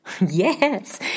Yes